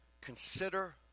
Consider